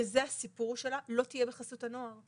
וזה הסיפור שלה, לא תהיה בחסות הנוער.